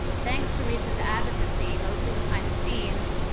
thanks to riis's advocacy, mostly behind the scenes,